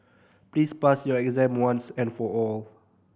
please pass your exam once and for all